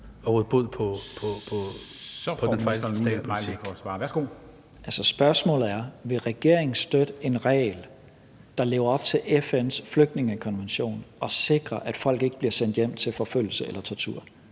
og integrationsministeren (Mattias Tesfaye): Spørgsmålet er: Vil regeringen støtte en regel, der lever op til FN's flygtningekonvention, og sikre, at folk ikke bliver sendt hjem til forfølgelse eller tortur?